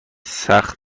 تحت